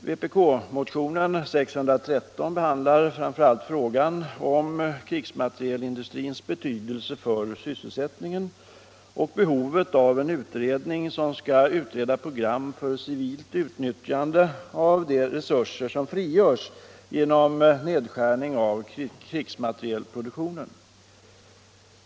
Vpk-motionen 613 tar upp framför allt frågan om krigsmaterielindustrins betydelse för sysselsättningen och behovet av en utredning av ett program för civilt utnyttjande av de resurser som frigörs genom nedskärning av krigsmaterielproduktionen.